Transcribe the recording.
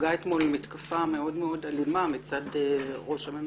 שספגה אתמול מתקפה מאוד מאוד אלימה מצד ראש הממשלה.